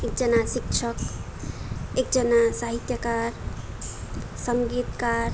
एकजना शिक्षक एकजना साहित्यकार सङ्गीतकार